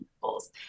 goals